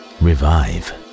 revive